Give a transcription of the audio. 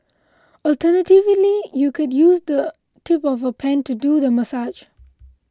alternatively you can use the tip of a pen to do the massage